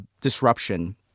disruption